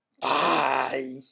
Bye